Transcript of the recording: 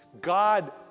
God